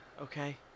Okay